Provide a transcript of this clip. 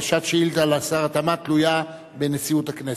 הגשת שאילתא לשר התמ"ת תלויה בנשיאות הכנסת.